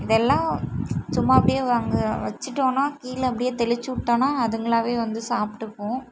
இதெலாம் சும்மா அப்படே அங்கே வச்சிவிட்டோனா கீழே அப்படே தெளிச்சிவிட்டோனா அதுங்களாகவே வந்து சாப்பிட்டுக்கும்